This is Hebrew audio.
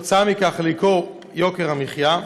וכתוצאה מכך, להעלאת יוקר המחיה,